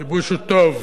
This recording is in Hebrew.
הכיבוש הוא טוב.